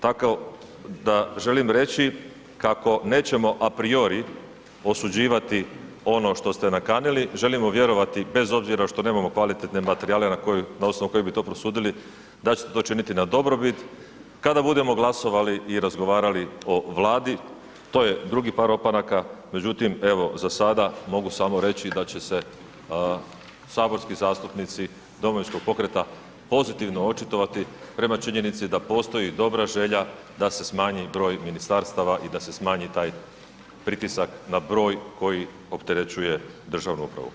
Tako da želim reći kako nećemo a priori osuđivati ono što ste nakanili, želimo vjerovati bez obzira što nemamo kvalitetne materijale na osnovu kojih bi to prosudili da ćemo to činiti na dobrobit kada budemo glasovali i razgovarali o vladi, to je drugi par opanaka, međutim evo za sada mogu samo reći da će se saborski zastupnici Domovinskog pokreta pozitivno očitovati prema činjenici da postoji dobra želja da se smanji broj ministarstava i da se smanji taj pritisak na broj koji opterećuje državnu upravu.